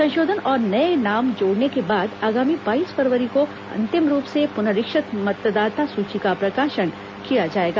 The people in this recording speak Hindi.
संशोधन और नए नाम जोड़ने के बाद आगामी बाईस फरवरी को अंतिम रूप से पुनरीक्षित मतदाता सूची का प्रकाशन किया जाएगा